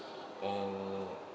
uh